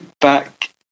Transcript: back